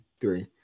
three